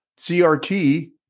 CRT